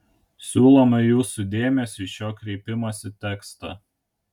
siūlome jūsų dėmesiui šio kreipimosi tekstą